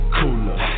cooler